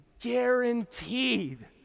guaranteed